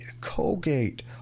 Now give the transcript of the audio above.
Colgate